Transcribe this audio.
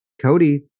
Cody